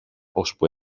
ώσπου